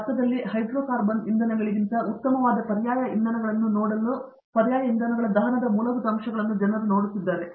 ಒಂದು ಅರ್ಥದಲ್ಲಿ ಹೈಡ್ರೊಕಾರ್ಬನ್ ಇಂಧನಗಳಿಗಿಂತ ಉತ್ತಮವಾದ ಪರ್ಯಾಯ ಇಂಧನಗಳನ್ನು ನೋಡಲು ಪರ್ಯಾಯ ಇಂಧನಗಳ ದಹನದ ಮೂಲಭೂತ ಅಂಶಗಳನ್ನು ಜನರು ನೋಡುತ್ತಿದ್ದಾರೆ